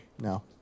No